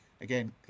Again